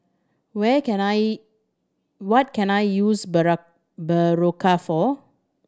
where can I what can I use Berocca for